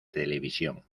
televisión